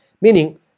Meaning